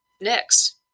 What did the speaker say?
next